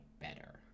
better